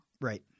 right